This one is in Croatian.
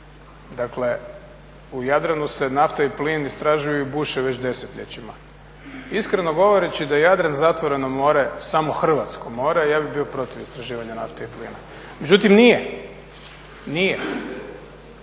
Dakle, u Jadranu se nafta i plin istražuju i buše već desetljećima. Iskreno govoreći, da je Jadran zatvoreno more, samo Hrvatsko more, ja bih bio protiv istraživanja nafte i plina. Međutim nije. Na